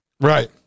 Right